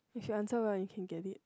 if you answer well you can get it